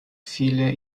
viele